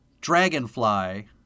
Dragonfly